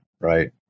Right